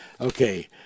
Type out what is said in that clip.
Okay